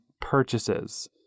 purchases